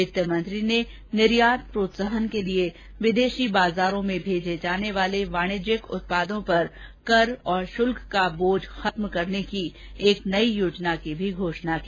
वित्त मंत्री ने निर्यात प्रोत्साहन के लिए विदेशी बाजारों में भेजे जाने वाले वाणिज्यिक उत्पादों पर कर और शुल्क का बोझ खत्म करने की एक नई योजना की भी घोषणा की